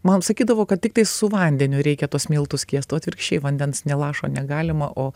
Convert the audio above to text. man sakydavo kad tiktai su vandeniu reikia tuos miltus skiest o atvirkščiai vandens nė lašo negalima o